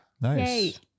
Nice